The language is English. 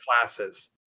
classes